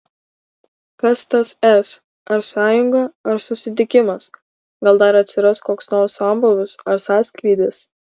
kas tas s ar sąjunga ar susitikimas gal dar atsiras koks nors sambūvis ar sąskrydis